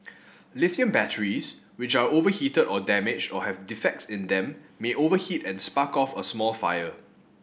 lithium batteries which are overheated or damaged or have defects in them may overheat and spark off a small fire